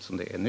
som det är nu.